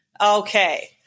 Okay